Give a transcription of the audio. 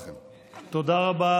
תודה רבה לכם.